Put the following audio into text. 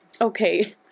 okay